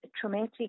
traumatic